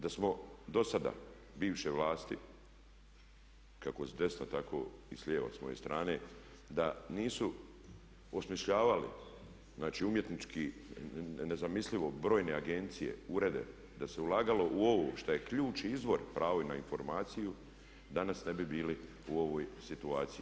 Da smo do sada bivše vlasti kako s desna, tako i s lijeva s moje strane, da nisu osmišljavali, znači umjetnički nezamislivo brojne agencije, urede, da se ulagalo u ovo što je ključ i izvor pravo na informaciju danas ne bi bili u ovoj situaciji.